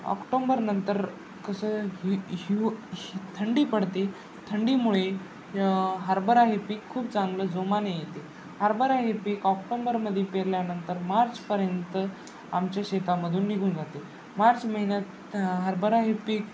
ऑक्टोंबरनंतर कसं हि हिव हि थंडी पडते थंडीमुळे हरभरा हे पीक खूप चांगलं जोमाने येते हरभरा हे पीक ऑक्टोंबरमध्ये पेरल्यानंतर मार्चपर्यंत आमच्या शेतामधून निघून जाते मार्च महिन्यात हरभरा हे पीक